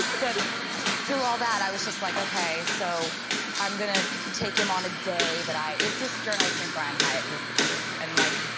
but do all that i was just like, okay so i'm gonna take him on a day that i it's this journalist named brian hyatt who's the coolest and like